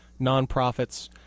nonprofits